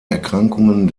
erkrankungen